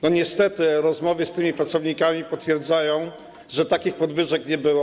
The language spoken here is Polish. Niestety rozmowy z tymi pracownikami potwierdzają, że takich podwyżek nie było.